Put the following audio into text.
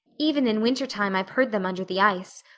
even in winter-time i've heard them under the ice.